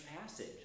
passage